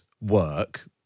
work